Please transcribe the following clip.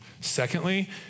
Secondly